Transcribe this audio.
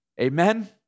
Amen